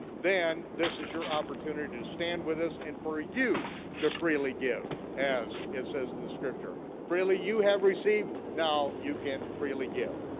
then this is your opportunity to stand with us, and for ah you to freely give as it says in the scripture. freely you have received, now you can freely give.